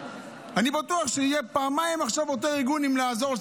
אני בטוח שאותו ארגון יחשוב פעמיים אם לעזור,